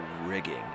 rigging